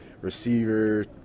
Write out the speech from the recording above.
receiver